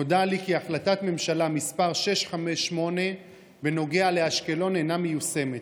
נודע לי כי החלטת ממשלה 658 בנוגע לאשקלון אינה מיושמת.